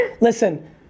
Listen